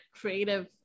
creative